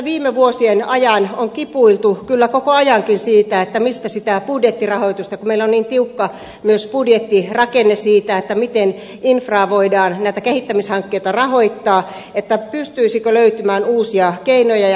viime vuosien ajan on kipuiltu kyllä koko ajankin siitä mistä sitä budjettirahoitusta saadaan kun meillä on niin tiukka myös budjettirakenne sen suhteen miten infraa voidaan näitä kehittämishankkeita rahoittaa pystyisikö löytymään uusia keinoja